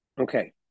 Okay